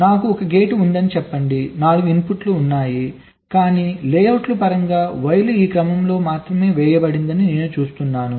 నాకు ఒక గేట్ ఉందని చెప్పండి 4 ఇన్పుట్లు ఉన్నాయి కానీ లేఅవుట్ పరంగా వైర్లు ఈ క్రమంలో మాత్రమే వేయబడిందని నేను చూస్తున్నాను